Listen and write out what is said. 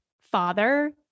father